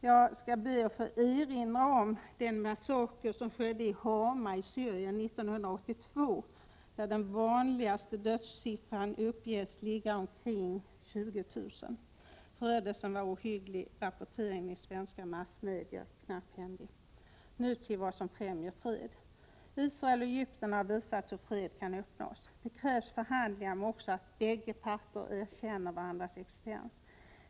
Jag vill erinra om den massaker som skedde i Hama i Syrien 1982, där den vanligast förekommande dödssiffran uppges ligga omkring uppåt 20 000. Förödelsen var ohygglig. Rapporteringen i svenska massmedier var knapphändig. Så till vad som främjar fred. Israel och Egypten har visat hur fred kan uppnås. Det krävs förutom förhandlingar också att bägge parter erkänner varandras existens.